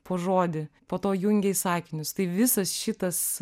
po žodį po to jungia į sakinius tai visas šitas